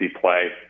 play